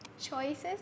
Choices